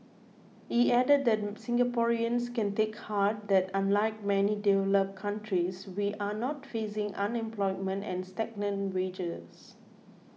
he added that Singaporeans can take heart that unlike many developed countries we are not facing unemployment and stagnant wages